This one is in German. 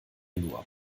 nur